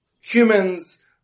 Humans